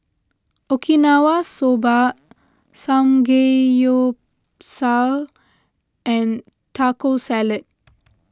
Okinawa Soba Samgeyopsal and Taco Salad